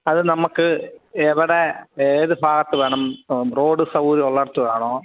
അത് നമുക്ക് എവിടെ ഏത് പാർട്ട് വേണം റോഡ് സൗകര്യം ഉള്ളിടത്ത് വേണോ